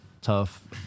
tough